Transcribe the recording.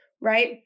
Right